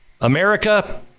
America